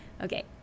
Okay